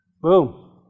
Boom